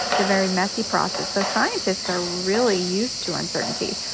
it's a very messy process. so scientists are really used to uncertainty.